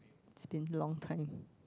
it's been long time